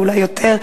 ואולי יותר,